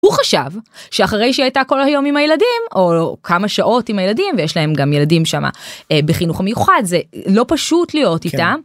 הוא חשב שאחרי שהיא היתה כל היום עם הילדים או כמה שעות עם הילדים ויש להם גם ילדים שמה בחינוך מיוחד, זה לא פשוט להיות איתה